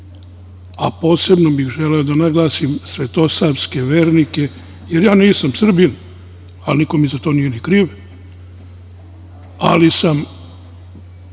a posebno bih želeo da naglasim svetosavske vernike, jer ja nisam Srbin, a niko mi za to nije ni kriv, ali sam